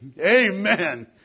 Amen